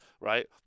right